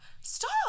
stop